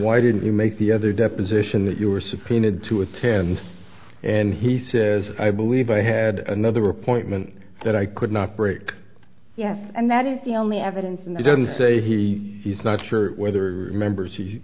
why didn't you make the other deposition that you were subpoenaed to attend and he says i believe i had another appointment that i could not break yes and that is the only evidence and they don't say he is not sure whether members